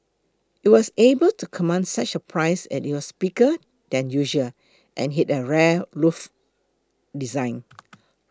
you was able to command such a price as it was bigger than usual and had a rare loft design